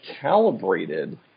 calibrated